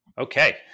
okay